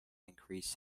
increased